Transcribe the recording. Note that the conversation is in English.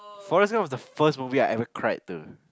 Forest-Man was the first movie I ever cried to